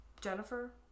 Jennifer